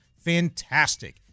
Fantastic